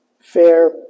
fair